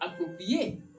approprié